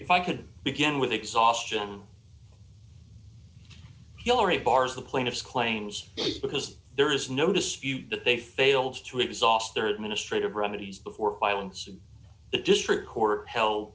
if i could begin with exhaustion hilary bars the plaintiffs claims because there is no dispute that they failed to exhaust their administrative remedies before violence the district court hel